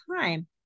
time